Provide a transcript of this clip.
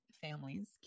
families